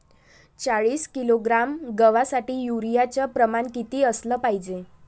चाळीस किलोग्रॅम गवासाठी यूरिया च प्रमान किती असलं पायजे?